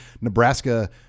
Nebraska